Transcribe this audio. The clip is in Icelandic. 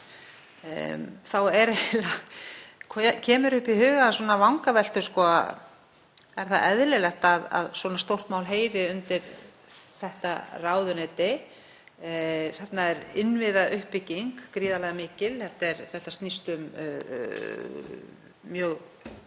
þá koma upp í hugann vangaveltur: Er það eðlilegt að svona stórt mál heyri undir þetta ráðuneyti? Þarna er innviðauppbygging gríðarlega mikil. Þetta snýst um mjög flókna